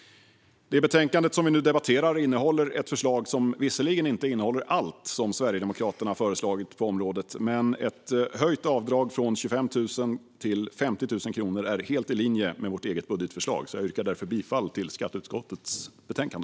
Betänkandet vi nu debatterar innehåller ett förslag som visserligen inte innehåller allt som Sverigedemokraterna föreslagit på området, men ett höjt avdrag från 25 000 till 50 000 kronor är helt i linje med vårt eget budgetförslag. Jag yrkar därför bifall till skatteutskottets förslag.